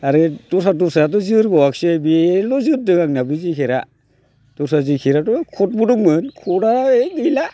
आरो दस्रा दस्रायाथ' जोरबावाखिसै बेल' जोरदों आंनिया बे जेकेटआ दस्रा जेकेटाथ' क'तबो दंमोन क'तआ ओइ गैला